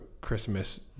Christmas